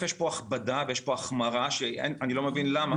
יש פה הכבדה ויש פה החמרה שאני לא מבין למה.